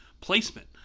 placement